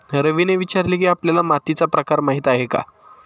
रवीने विचारले की, आपल्याला मातीचा प्रकार माहीत आहे का?